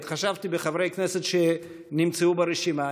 התחשבתי בחברי כנסת שנמצאו ברשימה,